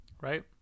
Right